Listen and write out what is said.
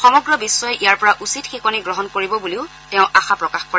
সমগ্ৰ বিশ্বই ইয়াৰ পৰা উচিত শিকনি গ্ৰহণ কৰিব বুলিও তেওঁ আশা প্ৰকাশ কৰে